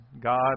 God